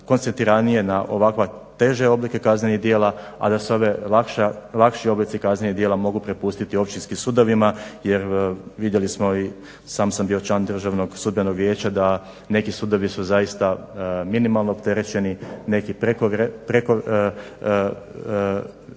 koncentriranije na ovakva teža oblike kaznenih djela, a da se ove lakši oblici kaznenih djela mogu prepustiti općinskim sudovima. Jel vidjeli smo i sam sam bio član Državnog sudbenog vijeća da neki sudovi su zaista minimalno opterećeni, neki prekoviše